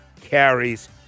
carries